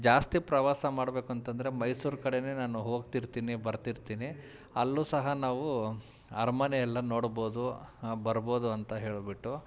ಜಾಸ್ತಿ ಪ್ರವಾಸ ಮಾಡ್ಬೇಕು ಅಂತಂದರೆ ಮೈಸೂರು ಕಡೆನೇ ನಾನು ಹೋಗ್ತಿರ್ತೀನಿ ಬರ್ತಿರ್ತೀನಿ ಅಲ್ಲೂ ಸಹ ನಾವು ಅರಮನೆ ಎಲ್ಲ ನೋಡ್ಬೋದು ಬರ್ಬೋದು ಅಂತ ಹೇಳಿಬಿಟ್ಟು